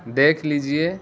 دیکھ لیجیے